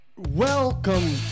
Welcome